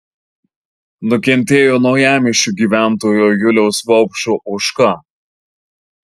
nukentėjo naujamiesčio gyventojo juliaus vaupšo ožka